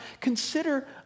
consider